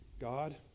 God